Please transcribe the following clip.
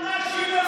אל תאשים אותנו.